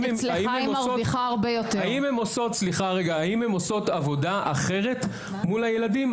האם הם עושות עבודה אחרת מול הילדים?